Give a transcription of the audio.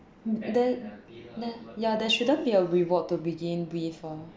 then then ya there shouldn't be a reward to begin with [what]